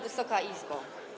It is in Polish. Wysoka Izbo!